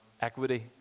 equity